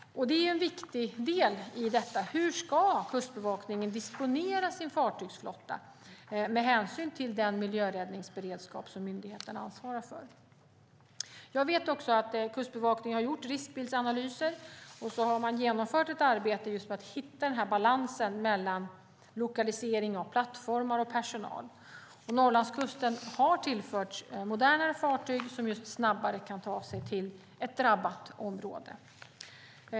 Det är en viktig del i detta. Hur ska Kustbevakningen disponera sin fartygsflotta med hänsyn till den miljöräddningsberedskap som myndigheten ansvarar för? Jag vet att Kustbevakningen har gjort riskbildsanalyser, och så har man genomfört ett arbete just för att hitta balansen mellan lokalisering av plattformar och personal. Och Norrlandskusten har tillförts modernare fartyg som snabbare kan ta sig till ett drabbat område.